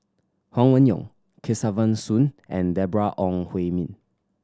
Huang Wenhong Kesavan Soon and Deborah Ong Hui Min